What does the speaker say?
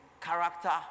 character